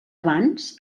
abans